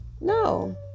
No